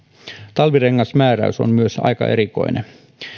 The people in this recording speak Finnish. talvirengasmääräys on myös aika erikoinen